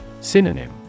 Synonym